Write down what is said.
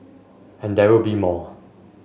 and there will be more